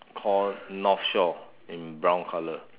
called north shore in brown colour